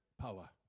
power